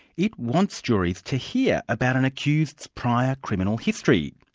it wants juries to hear about an accused's prior criminal history.